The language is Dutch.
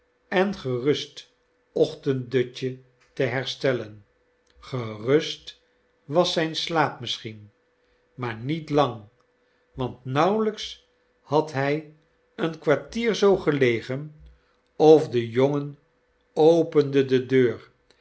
en gerust ochtenddutje te herstellen gerust was zijn slaap misschien maar niet lang want nauwelijks had hij een kwartier zoo gelegen of de jongen opende de deur